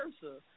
versa